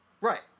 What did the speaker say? Right